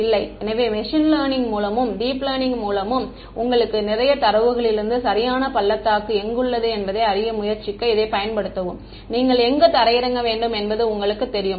இல்லை எனவே machine learning ல் மூலமும் டீப்லேர்னிங் மூலமுமும் உங்களுக்குத் நிறைய தரவுகளிலிருந்து சரியான பள்ளத்தாக்கு எங்குள்ளது என்பதை அறிய முயற்சிக்க இதைப் பயன்படுத்தவும் நீங்கள் எங்கு தரையிறங்க வேண்டும் என்பதும் உங்களுக்கு தெரியும்